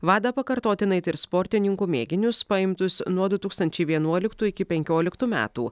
wada pakartotinai ir sportininkų mėginius paimtus nuo du tūkstančiai vienuoliktų iki penkioliktų metų